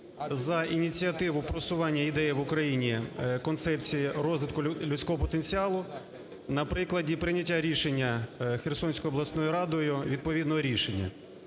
за ініціативу просування ідеї в Україні концепції розвитку людського потенціалу на прикладі прийняття рішення Херсонською обласною радою відповідного рішення.